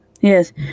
Yes